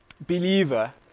believer